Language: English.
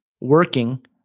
working